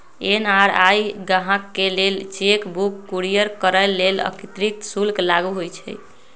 NRI गाहकके लेल cheque book courier करय लेल अतिरिक्त शुल्क लागू होइ छइ